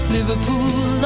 Liverpool